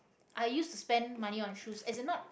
i used to spend money on shoes as in not